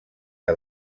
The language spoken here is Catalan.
que